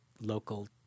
local